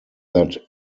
that